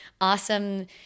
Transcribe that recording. awesome